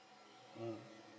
mm